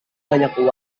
banyak